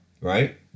right